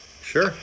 Sure